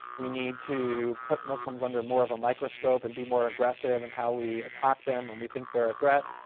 we need to put muslims under more of a microscope and be more aggressive in how we attack them when we think they're a threat,